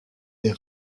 des